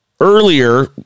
earlier